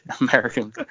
american